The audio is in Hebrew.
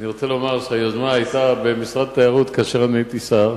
אני רוצה לומר שהיוזמה היתה במשרד התיירות כאשר אני הייתי שר.